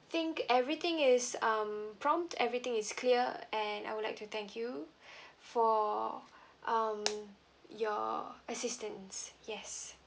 think everything is um prompt everything is clear and I would like to thank you for um your assistance yes